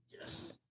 Yes